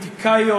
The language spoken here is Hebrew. הפוליטיקאיות,